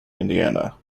indiana